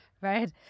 Right